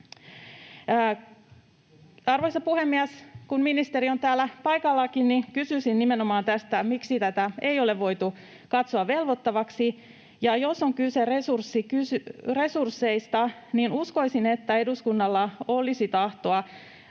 Arvoisa puhemies! Kun ministeri on täällä paikallakin, niin kysyisin nimenomaan tästä, miksi tätä ei ole voitu katsoa velvoittavaksi. Ja jos on kyse resursseista, niin uskoisin, että eduskunnalla olisi tahtoa